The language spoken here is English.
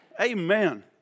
Amen